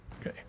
Okay